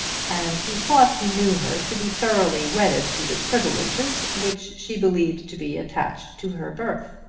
and he thought he knew her to be thoroughly wedded to the privileges which she believed to be attached to her birth.